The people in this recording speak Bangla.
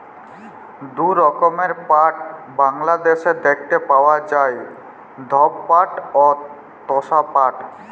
দু রকমের পাট বাংলাদ্যাশে দ্যাইখতে পাউয়া যায়, ধব পাট অ তসা পাট